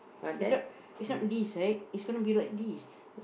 is not is not these right is gonna be like these